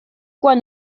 quan